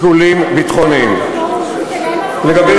וזה לא